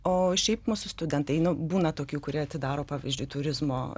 o šiaip mūsų studentai nu būna tokių kurie atidaro pavyzdžiui turizmo